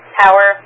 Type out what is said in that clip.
power